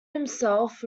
himself